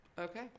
okay